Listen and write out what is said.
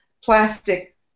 plastic